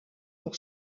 pour